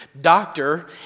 doctor